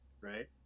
Right